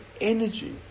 energy